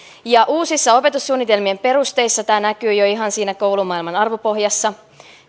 uusissa opetussuunnitelmien perusteissa tämä näkyy jo ihan siinä koulumaailman arvopohjassa